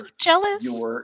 Jealous